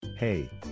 Hey